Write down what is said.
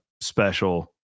special